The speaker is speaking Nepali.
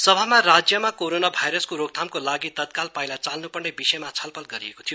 सभामा राज्यमा कोरोना भाइरसको रोकथामको लागि तत्काल पाइला चाल्न् पर्ने विषय छलफल गरिएको थियो